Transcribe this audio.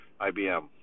IBM